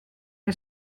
que